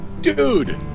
Dude